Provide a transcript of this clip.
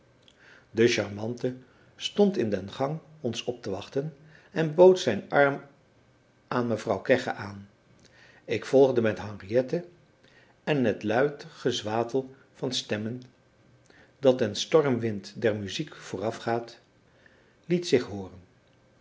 de charmante stond in den gang ons op te wachten en bood zijn arm aan mevrouw kegge aan ik volgde met henriette en het luid gezwatel van stemmen dat den stormwind der muziek voorafgaat liet zich hooren